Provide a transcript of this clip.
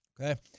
Okay